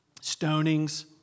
Stonings